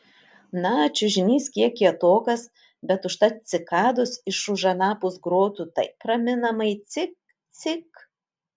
na čiužinys kiek kietokas bet užtat cikados iš už anapus grotų taip raminamai cik cik